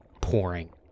pouring